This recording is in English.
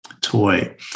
toy